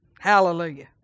Hallelujah